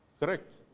Correct